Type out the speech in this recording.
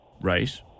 Right